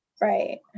Right